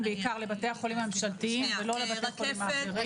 בעיקר לבתי החולים הממשלתיים ולא לבתי החולים האחרים.